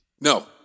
No